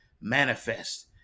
Manifest